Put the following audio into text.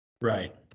Right